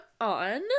on